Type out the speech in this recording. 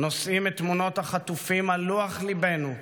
נושאים את תמונות החטופים על לוח ליבנו,